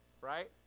right